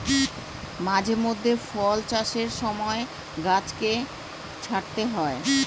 মাঝে মধ্যে ফল চাষের সময় গাছকে ছাঁটতে হয়